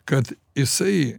kad jisai